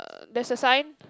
there's a sign